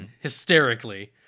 hysterically